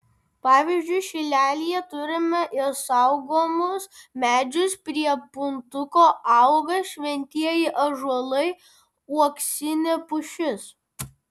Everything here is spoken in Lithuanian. pavyzdžiui šilelyje turime ir saugomus medžius prie puntuko auga šventieji ąžuolai uoksinė pušis